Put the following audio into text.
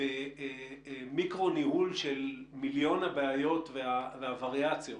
ובמיקרו ניהול של מיליון בעיות והווריאציות